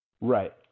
Right